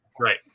Right